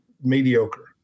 mediocre